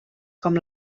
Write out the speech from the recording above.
com